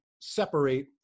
separate